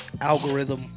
algorithm